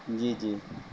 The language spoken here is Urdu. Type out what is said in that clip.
جی جی